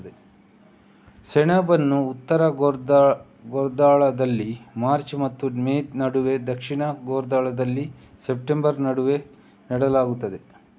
ಸೆಣಬನ್ನು ಉತ್ತರ ಗೋಳಾರ್ಧದಲ್ಲಿ ಮಾರ್ಚ್ ಮತ್ತು ಮೇ ನಡುವೆ, ದಕ್ಷಿಣ ಗೋಳಾರ್ಧದಲ್ಲಿ ಸೆಪ್ಟೆಂಬರ್ ನಡುವೆ ನೆಡಲಾಗುತ್ತದೆ